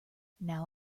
now